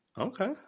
Okay